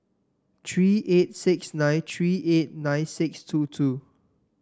three eight six nine three eight nine six two two